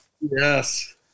Yes